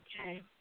Okay